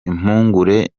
impungure